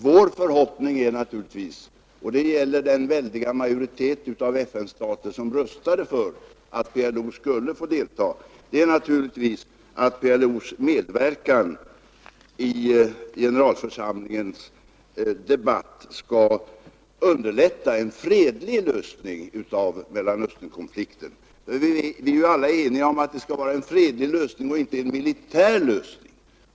Vår förhoppning är naturligtvis — och det gäller hela den väldiga majoritet av FN-stater som röstade för att PLO skulle få delta — att PLO:s medverkan i generalförsamlingens debatt skall underlätta en fredlig lösning av Mellanösternkonflikten. Vi är ju alla eniga om att det skall vara en fredlig lösning och inte en militär.